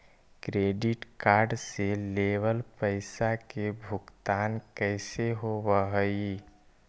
Credit card से लेवल पैसा के भुगतान कैसे होव हइ?